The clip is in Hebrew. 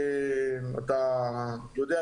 יהיה